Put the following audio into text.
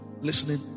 Listening